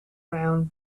round